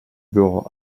bureau